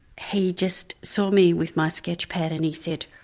he just saw me with my sketch pad and he said,